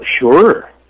Sure